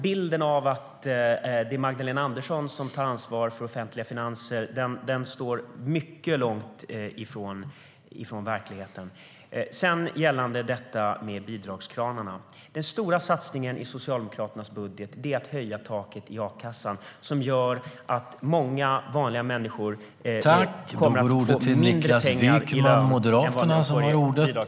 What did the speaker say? Bilden att det är Magdalena Andersson som tar ansvar för de offentliga finanserna står mycket långt ifrån verkligheten. När det gäller bidragskranarna är den stora satsningen i Socialdemokraternas budget att höja taket i a-kassan, vilket gör att många vanliga människor kommer att få mindre pengar i lön än vad de får i bidrag.